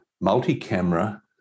multi-camera